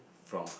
from her